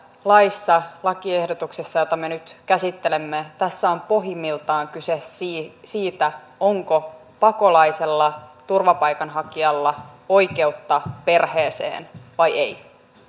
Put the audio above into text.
laissa lakiehdotuksessa jota me nyt käsittelemme on pohjimmiltaan kyse siitä onko pakolaisella turvapaikanhakijalla oikeutta perheeseen vai ei